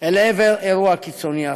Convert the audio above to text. אל עבר אירוע קיצוני אחר.